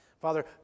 Father